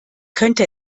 könnte